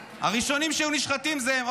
הראשונים שהיו נשחטים זה הם.